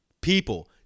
people